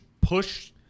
push